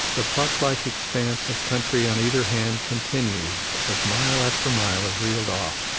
the park-like expanse of country on either hand continues as mile after mile is reeled off